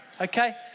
Okay